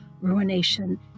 ruination